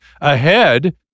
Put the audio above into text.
ahead